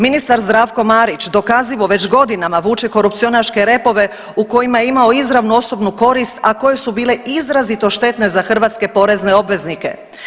Ministar Zdravko Marić dokazivo već godinama vuče korupcionaške repove u kojima je imao izravnu osobnu korist, a koje su bile izrazito štetne za hrvatske porezne obveznike.